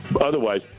Otherwise